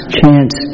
chance